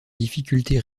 difficultés